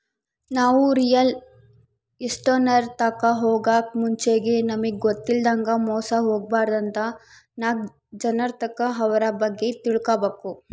ನಾವು ರಿಯಲ್ ಎಸ್ಟೇಟ್ನೋರ್ ತಾಕ ಹೊಗಾಕ್ ಮುಂಚೆಗೆ ನಮಿಗ್ ಗೊತ್ತಿಲ್ಲದಂಗ ಮೋಸ ಹೊಬಾರ್ದಂತ ನಾಕ್ ಜನರ್ತಾಕ ಅವ್ರ ಬಗ್ಗೆ ತಿಳ್ಕಬಕು